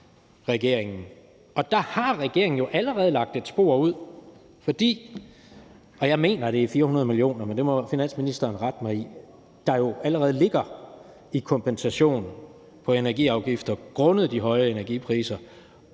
regeringen, og der har regeringen jo allerede lagt et spor ud. For jeg mener jo, at det er 400 mio. kr. – men der må finansministeren rette mig – der allerede ligger i kompensation af energiafgifter grundet de høje energipriser.